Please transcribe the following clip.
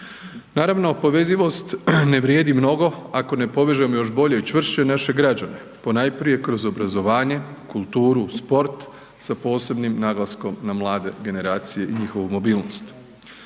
Naravno povezivost ne vrijedi mnogo ako ne povežemo još bolje i čvršće naše građane, ponajprije kroz obrazovanje, kulturu, sport, sa posebnim naglaskom na mlade generacije i njihovu mobilnost.